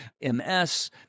MS